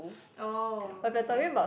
oh okay